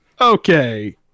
okay